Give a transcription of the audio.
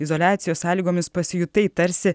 izoliacijos sąlygomis pasijutai tarsi